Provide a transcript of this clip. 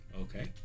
Okay